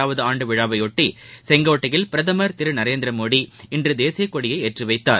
ஆசாத் விழாவையாட்டி செங்கோட்டையில் பிரதமர் திரு நரேந்திரமோடி இன்று தேசியக்கொடியை ஏற்றிவைத்தார்